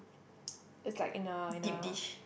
it's like in a in a